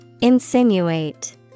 Insinuate